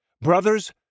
Brothers